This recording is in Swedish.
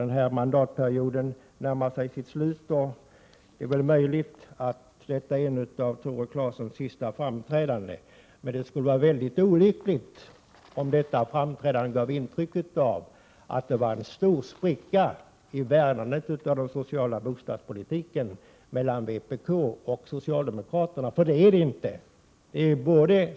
Denna mandatperiod närmar sig sitt slut, och det är möjligt att detta är ett av Tore Claesons sista framträdanden, men det vore olyckligt om detta framträdande gav intryck av att det fanns en stor spricka när det gäller värnandet av den sociala bostadspolitiken mellan vpk och socialdemokraterna. Så är det inte.